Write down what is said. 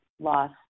loss